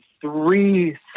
three